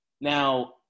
Now